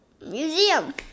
museum